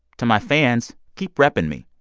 to my fans, keep repping me.